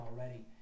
already